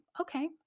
okay